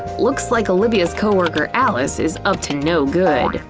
looks like olivia's coworker alice is up to no good.